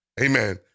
amen